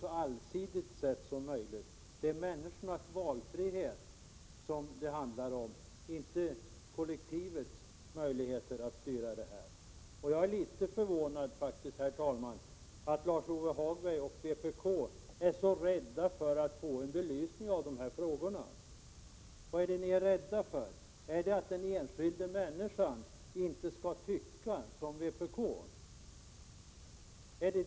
Det handlar om enskilda människors valfrihet och inte om kollektivets möjligheter. Det förvånar mig faktiskt, herr talman, att Lars-Ove Hagberg och vpk är så rädda för att belysa dessa frågor. Är ni kanske rädda för att den enskilda människan inte skall tycka som vpk?